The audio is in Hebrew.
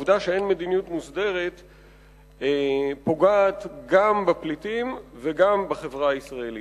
העובדה שאין מדיניות מוסדרת פוגעת גם בפליטים וגם בחברה הישראלית.